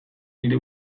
nire